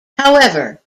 however